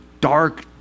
dark